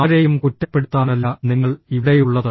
ആരെയും കുറ്റപ്പെടുത്താനല്ല നിങ്ങൾ ഇവിടെയുള്ളത്